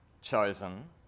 chosen